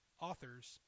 authors